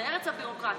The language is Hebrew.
זו ארץ הביורוקרטיה.